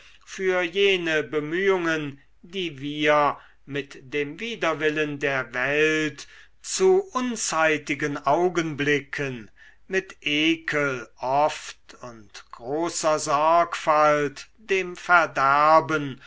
für jene bemühungen die wir mit dem widerwillen der welt zu unzeitigen augenblicken mit ekel oft und großer sorgfalt dem verderben